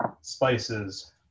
spices